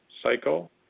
cycle